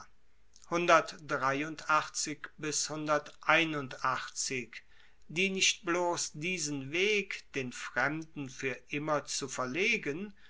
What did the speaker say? die nicht bloss diesen weg den fremden fuer immer zu verlegen